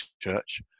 church